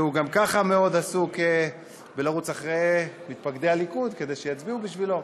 שהוא גם ככה מאוד עסוק בלרוץ אחרי מתפקדי הליכוד כדי שיצביעו לו.